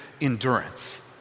endurance